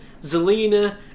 Zelina